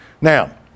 Now